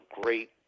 great